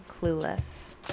Clueless